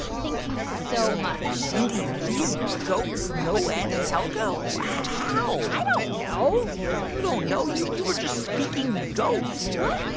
thank you so much mindy, these goats know aunt helga? how? i don't know you don't know? you you were just speaking goat what?